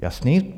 Jasný.